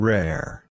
Rare